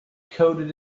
coded